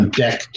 deck